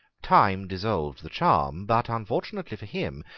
time dissolved the charm, but, unfortunately for him,